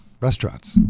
restaurants